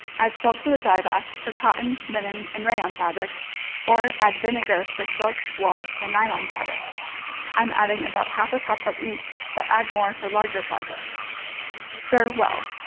add salt to the dye bath for cotton linen and rayon fabrics or add vinegar for silk wool and nylon fabrics i'm adding about half a cup of each, but add more for larger projects stir well